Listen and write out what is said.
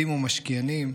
/ לא רק מיוחדים ומשקיענים,